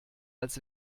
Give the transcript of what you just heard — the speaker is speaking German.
als